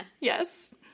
Yes